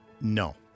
No